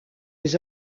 les